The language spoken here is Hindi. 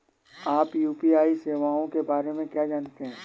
आप यू.पी.आई सेवाओं के बारे में क्या जानते हैं?